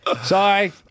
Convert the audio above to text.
Sorry